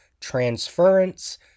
Transference